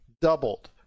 doubled